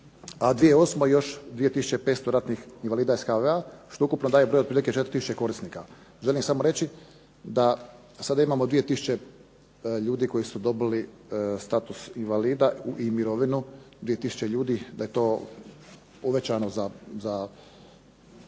u 2008. još 2500 ratnih invalida iz HV-a što ukupno daje broj od otprilike 4 tisuće korisnika. Želim samo reći da sada imamo 2 tisuće ljudi koji su dobili status invalida i mirovinu, 2 tisuće ljudi, da je to uvećano u